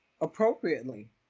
appropriately